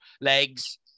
legs